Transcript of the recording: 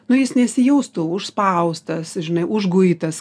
nu jis nesijaustų užspaustas žinai užguitas